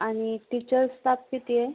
आणि teachers staff किती आहे